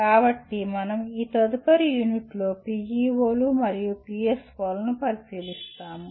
కాబట్టి మనం ఈ తదుపరి యూనిట్లో PEO లు మరియు PSO లను పరిశీలిస్తాము